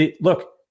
look